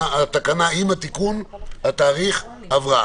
התקנה עם תיקון התאריך עברה.